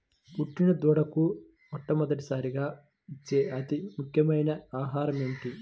పుట్టిన దూడకు మొట్టమొదటిసారిగా ఇచ్చే అతి ముఖ్యమైన ఆహారము ఏంటి?